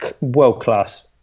world-class